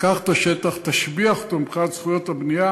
תיקח את השטח, תשביח אותו מבחינת זכויות הבנייה